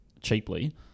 cheaply